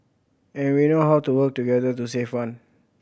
and we know how to work together to save one